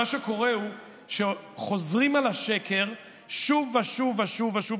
מה שקורה הוא שחוזרים על השקר שוב ושוב ושוב ושוב.